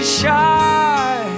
shy